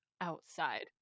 outside